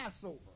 Passover